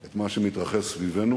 את מה שמתרחש סביבנו.